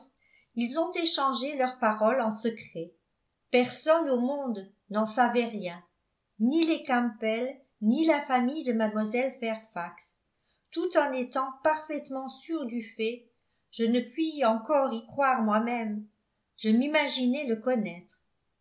ils ont échangé leur parole en secret personne au monde n'en savait rien ni les campbell ni la famille de mlle fairfax tout en étant parfaitement sûre du fait je ne puis encore y croire moi-même je m'imaginais le connaître